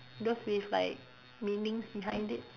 those with like meanings behind it